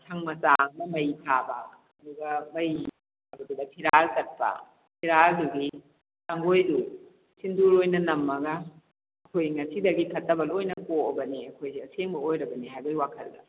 ꯁꯪ ꯃꯆꯥ ꯑꯃ ꯃꯩ ꯊꯥꯕ ꯑꯗꯨꯒ ꯃꯩꯗꯨꯗ ꯐꯤꯔꯥꯜ ꯀꯠꯄ ꯐꯤꯔꯥꯜꯗꯨꯒꯤ ꯇꯥꯡꯒꯣꯏꯗꯨ ꯁꯤꯟꯗꯨꯔ ꯑꯣꯏꯅ ꯅꯝꯃꯒ ꯑꯩꯈꯣꯏ ꯉꯁꯤꯗꯒꯤ ꯐꯠꯇꯕ ꯂꯣꯏꯅ ꯀꯣꯛꯑꯕꯅꯦ ꯑꯩꯈꯣꯏꯁꯦ ꯑꯁꯦꯡꯕ ꯑꯣꯏꯔꯕꯅꯦ ꯍꯥꯏꯕꯒꯤ ꯋꯥꯈꯜꯗ